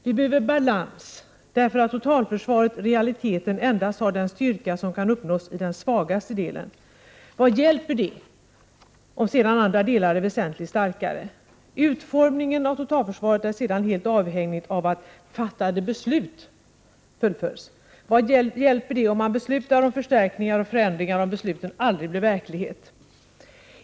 Vi behöver balans, därför att totalförsvaret i realiteten endast har den styrka som kan uppnås i den svagaste delen. Vad hjälper det om sedan andra delar är väsentligt starkare? Utformningen av totalförsvaret är sedan helt avhängigt av att fattade beslut fullföljs. Vad hjälper det om man beslutar om förstärkningar och förändringar, om besluten aldrig blir verklighet?